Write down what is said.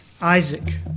Isaac